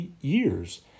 years